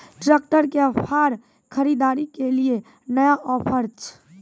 Tractor के फार खरीदारी के लिए नया ऑफर छ?